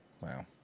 wow